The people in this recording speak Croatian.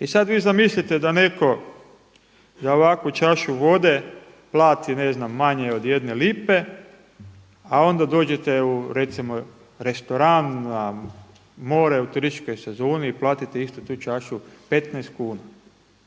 I sad vi zamislite da netko za ovakvu čašu vode plati ne znam manje od jedne lipe, a onda dođete u recimo restoran na more u turističkoj sezoni i platite istu tu čašu 15 kuna,